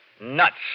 nuts